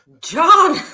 John